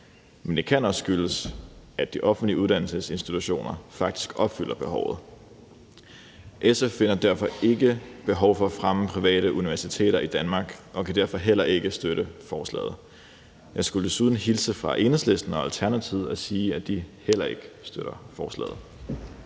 Men det kan også skyldes, at de offentlige uddannelsesinstitutioner faktisk opfylder behovet. SF finder derfor ikke behov for at fremme private universiteter i Danmark, og vi kan derfor heller ikke støtte forslaget. Jeg skulle desuden hilse fra Enhedslisten og Alternativet og sige, at de heller ikke støtter forslaget.